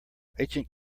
agent